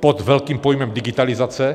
pod velkým pojmem digitalizace.